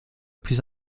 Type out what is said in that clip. plus